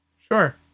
sure